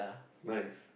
nice